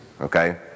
okay